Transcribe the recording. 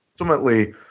ultimately –